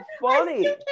funny